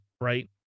Right